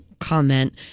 comment